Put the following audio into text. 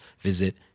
visit